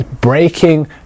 breaking